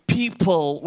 people